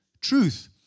truth